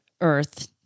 earth